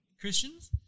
Christians